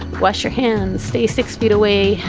wash your hands, stay six feet away,